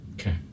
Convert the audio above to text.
Okay